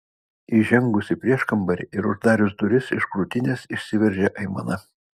įžengus į prieškambarį ir uždarius duris iš krūtinės išsiveržė aimana